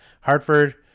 Hartford